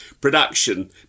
production